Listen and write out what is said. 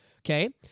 Okay